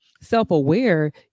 self-aware